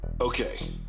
Okay